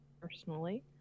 personally